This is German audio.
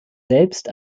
selbst